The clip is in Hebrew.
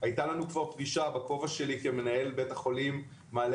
הייתה לנו כבר פגישה בכובע שלי כמנהל בית החולים מעלה